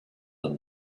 than